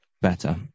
better